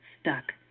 Stuck